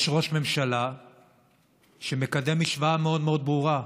יש ראש ממשלה שמקדם משוואה מאוד מאוד ברורה: